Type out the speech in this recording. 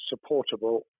supportable